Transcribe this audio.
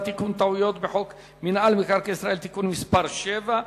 תיקון טעויות בחוק מינהל מקרקעי ישראל (תיקון מס' 7),